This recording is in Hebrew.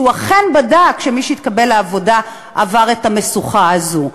שהוא אכן בדק שמי שהתקבל לעבודה עבר את המשוכה הזאת.